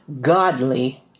godly